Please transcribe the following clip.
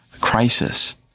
crisis